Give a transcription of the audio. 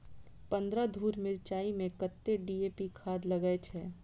पन्द्रह धूर मिर्चाई मे कत्ते डी.ए.पी खाद लगय छै?